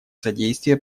содействия